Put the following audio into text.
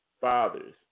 fathers